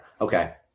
Okay